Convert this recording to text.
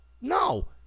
no